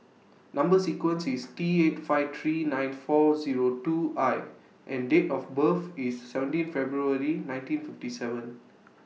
Number sequence IS T eight five three nine four Zero two I and Date of birth IS seventeen February nineteen fifty seven